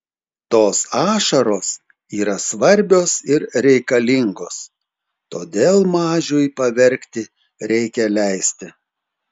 tos ašaros yra svarbios ir reikalingos todėl mažiui paverkti reikia leisti